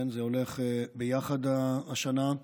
זה הולך ביחד השנה,